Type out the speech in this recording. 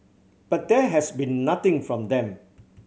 but there has been nothing from them